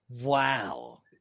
Wow